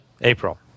April